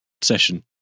session